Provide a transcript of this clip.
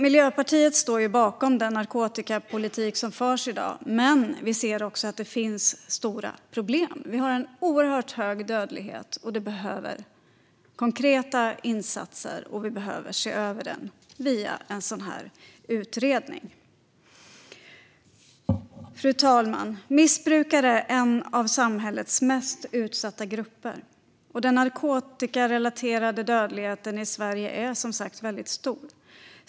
Miljöpartiet står bakom den narkotikapolitik som förs i dag, men vi ser att det finns stora problem. Vi har en oerhört hög dödlighet. Vi behöver konkreta insatser, och vi behöver se över detta via en utredning. Fru talman! Missbrukare är en av samhällets mest utsatta grupper. Och den narkotikarelaterade dödligheten i Sverige är, som sagt, mycket stor.